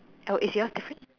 oh is yours different